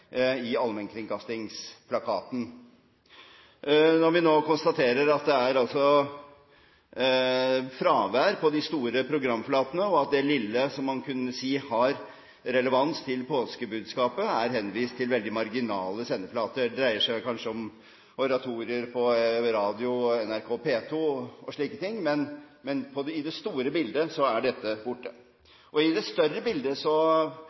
i allmennkringkastingsplakaten. Vi konstaterer altså nå at det er fraværende på de store programflatene, og at det lille som man kunne si har relevans til påskebudskapet, er henvist til veldig marginale sendeflater – det dreier seg kanskje om oratorier over radio og NRK P2 og slike ting. Så i det store bildet er dette borte. I det større bildet